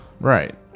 Right